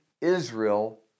Israel